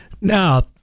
Now